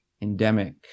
endemic